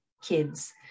kids